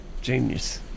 genius